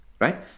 right